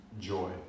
joy